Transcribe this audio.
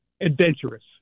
adventurous